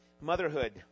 motherhood